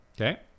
Okay